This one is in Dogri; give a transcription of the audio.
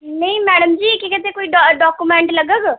नेईं मैडम जी केह् करदे कोई कोई डाकोमैंट लग्गग